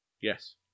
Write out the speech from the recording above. Yes